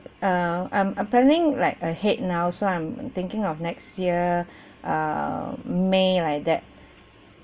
err I'm I'm planning like ahead now so I'm thinking of next year um may like that